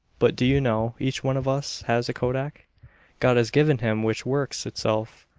but, do you know, each one of us has a kodak god has given him which works itself.